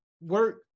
work